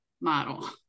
model